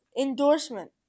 Endorsement